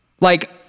Like-